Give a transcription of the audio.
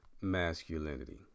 masculinity